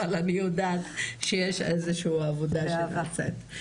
אבל אני יודעת שיש איזה שהיא עבודה שנעשית.